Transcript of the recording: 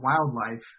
wildlife